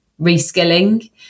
reskilling